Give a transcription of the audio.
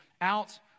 out